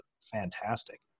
fantastic